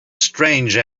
strange